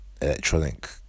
electronic